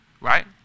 Right